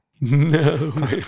no